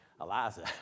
Eliza